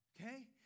Okay